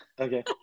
Okay